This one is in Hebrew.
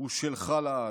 הוא שלך לעד.